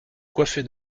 coiffée